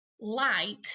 Light